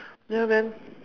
ya man